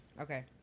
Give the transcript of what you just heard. Okay